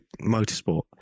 motorsport